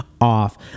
off